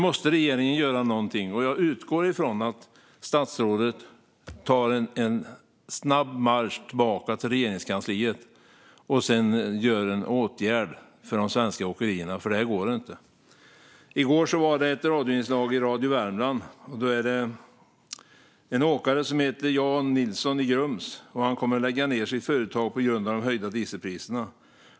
Regeringen måste göra någonting. Jag utgår från att statsrådet tar en snabb marsch tillbaka till Regeringskansliet och sedan vidtar en åtgärd för de svenska åkerierna, för det här går inte. I går lyssnade jag på ett inslag från Radio Värmland. Det handlade om en åkare som heter Jan Nilsson i Grums. Han kommer att lägga ned sitt företag på grund av de höga dieselpriserna.